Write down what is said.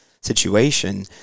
situation